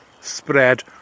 spread